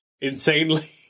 insanely